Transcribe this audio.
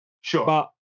Sure